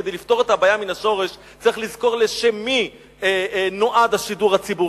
כדי לפתור את הבעיה מן השורש צריך לזכור לשם מה נועד השידור הציבורי,